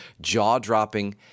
jaw-dropping